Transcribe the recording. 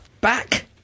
Back